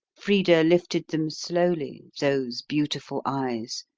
frida lifted them slowly, those beautiful eyes,